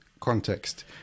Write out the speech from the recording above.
context